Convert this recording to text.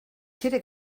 quiere